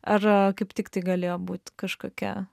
ar kaip tiktai galėjo būt kažkokia